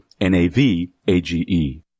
N-A-V-A-G-E